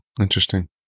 Interesting